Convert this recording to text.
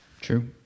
True